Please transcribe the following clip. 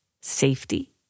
safety